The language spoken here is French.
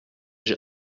j’ai